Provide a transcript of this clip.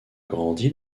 grandi